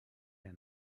der